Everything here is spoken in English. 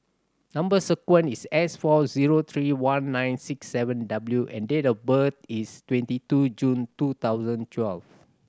number sequence is S four zero three one nine six seven W and date of birth is twenty two June two thousand twelve